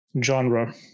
genre